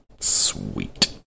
Sweet